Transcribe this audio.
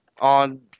on